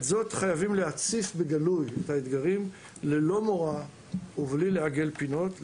את האתגרים חייבים להתסיס בגלוי ללא מורא ובלי לעגל פינות,